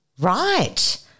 Right